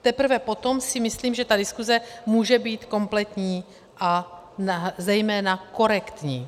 Teprve potom si myslím, že ta diskuze může být kompletní a zejména korektní.